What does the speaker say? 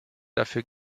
dafür